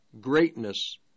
greatness